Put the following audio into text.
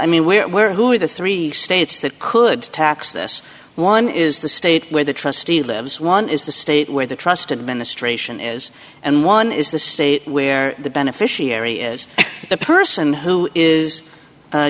i mean we're who are the three states that could tax this one is the state where the trustee lives one is the state where the trust administration is and one is the state where the beneficiary is the person who is